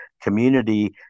community